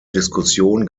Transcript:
diskussion